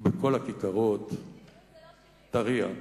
ובכל הכיכרות תריע,